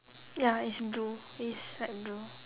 ya it's blue it is light blue